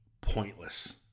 pointless